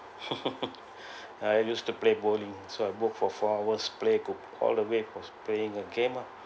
I used to play bowling so I book for four hours playgroup all the way was playing a game ah